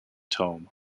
tome